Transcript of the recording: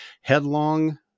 Headlong